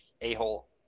a-hole